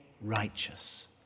righteous